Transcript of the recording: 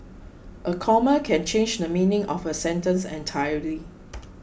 a comma can change the meaning of a sentence entirely